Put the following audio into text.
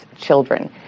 children